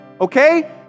Okay